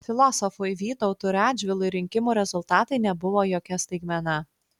filosofui vytautui radžvilui rinkimų rezultatai nebuvo jokia staigmena